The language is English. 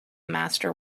master